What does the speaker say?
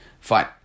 Fine